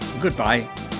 Goodbye